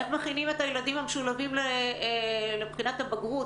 איך מכינים את הילדים המשולבים לבחינות הבגרות?